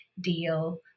deal